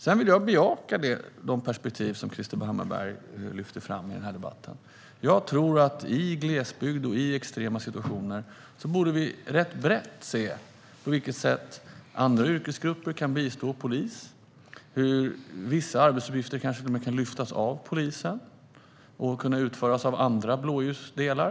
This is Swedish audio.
Jag vill bejaka de perspektiv som Krister Hammarbergh lyfter fram i debatten. Jag tror att vi borde se ganska brett på hur andra yrkesgrupper skulle kunna bistå polisen, i glesbygd och i extrema situationer. Vissa arbetsuppgifter kanske till och med kan lyftas bort från polisen och utföras av andra blåljusdelar.